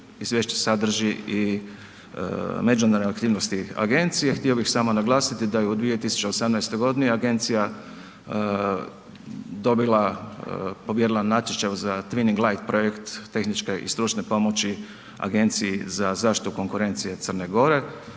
izvješće sadrži međunarodne aktivnosti agencije. Htio bih samo naglasiti da je u 2018. godini agencija pobijedila na natječaju za Twinning light projekt tehničke i stručne pomoći Agenciji za zaštitu konkurencije Crne Gore.